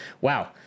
wow